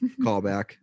Callback